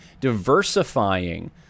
diversifying